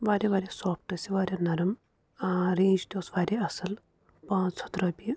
وارِیاہ وارِیاہ سافٹہٕ ٲسۍ یِہ وارِیاہ نَرٕم ٲں رینٛج تہِ اوٗس وارِیاہ اصٕل پانٛژھ ہَتھ رۄپیہِ